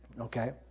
okay